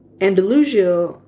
Andalusia